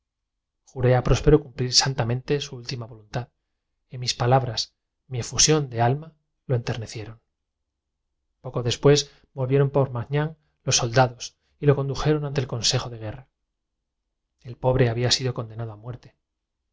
a próspero cumplir santamente su última vo luntad y mis palabras mi efusión de alma lo enternecieron poco después volvieron por magnán los soldados y lo condujeron ante el consejo de guerra el pobre había sido condenado a muerte